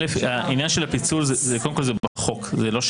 אנחנו